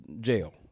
jail